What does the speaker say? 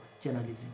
journalism